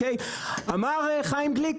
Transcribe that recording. אמר חיים גליק: